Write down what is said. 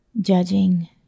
judging